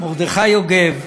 מרדכי יוגב,